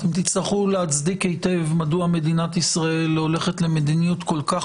תצטרכו להצדיק היטב מדוע מדינת ישראל הולכת למדיניות כל כך